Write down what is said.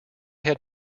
had